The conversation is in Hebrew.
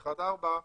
4-1,